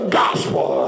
gospel